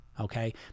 okay